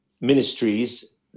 ministries